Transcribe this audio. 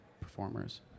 performers